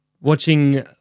watching